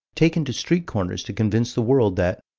taken to street corners, to convince the world that,